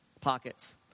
pockets